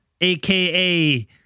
aka